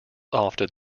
often